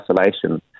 isolation